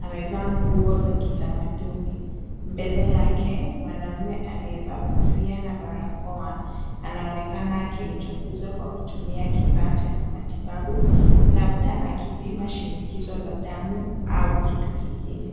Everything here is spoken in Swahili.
Amevaa nguo za kitamaduni. Mbele yake mwanamume aliyevaa kofia na barakoa anaonekana akimchunguza kwa kutumia kifaa cha kimatibabu, labda akipima shinikizo la damu au kitu kingine.